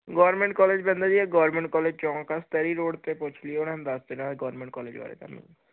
government college ਪੈਂਦਾ ਜੀ government college ਚੌਂਕ ਪਹਿਲੀ ਰੋਡ ਤੇ ਪੁੱਛ ਲਈ ਉਹਨਾਂ ਨੂੰ ਦੱਸ ਦੇਣਾ ਗਵਰਨਮੈਂਟ ਕਾਲਜ ਵਾਲੇ ਕਰਲ